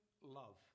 love